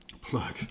Plug